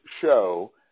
show